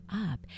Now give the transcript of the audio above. up